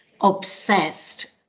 obsessed